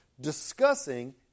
discussing